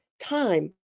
time